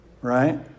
right